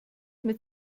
mit